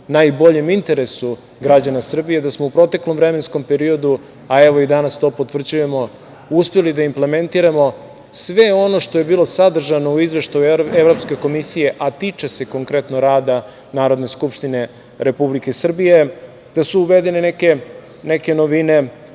najboljem interesu građana Srbije.U proteklom vremenskom periodu smo, a evo i danas to potvrđujemo, uspeli da implementiramo sve ono što je bilo sadržano u izveštaju Evropske komisije, a tiče se konkretno rada Narodne skupštine Republike Srbije, da su uvedene neke novine